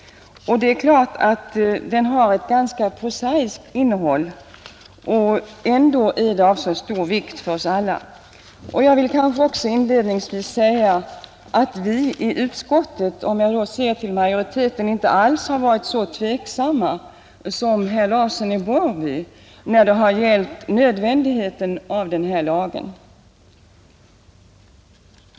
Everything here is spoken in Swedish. Det är klart att den har ett ganska prosaiskt innehåll och ändå är den av så stor vikt för oss alla. Jag vill inledningsvis säga att vi i utskottet, om jag då ser till majoriteten, inte alls har varit så tveksamma som herr Larsson i Borrby när det gäller nödvändigheten av denna lag.